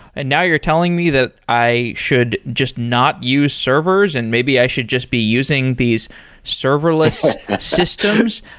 and now you're telling me that i should just not use servers and maybe i should just be using these serverless systems?